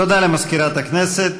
תודה למזכירת הכנסת.